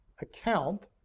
account